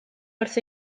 wrth